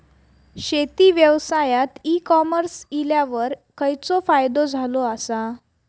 शेती व्यवसायात e-commerce इल्यावर खयचो फायदो झालो आसा?